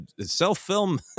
self-film